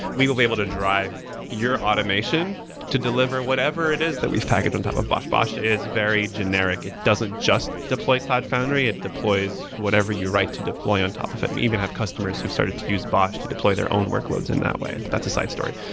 we will be able to drive your automation to deliver whatever it is that we've packaged on top of bosh. bosh is very generic. it doesn't just deploy cloud foundry. it deploys whatever you write to deploy on top of it. we even have customers who've started to use bosh to deploy their own workloads in that way, but that's a side story.